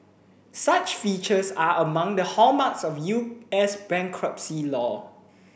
such features are among the hallmarks of U S bankruptcy law